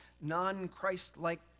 non-Christ-like